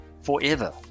forever